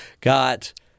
got